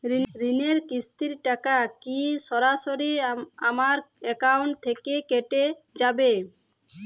ঋণের কিস্তির টাকা কি সরাসরি আমার অ্যাকাউন্ট থেকে কেটে যাবে?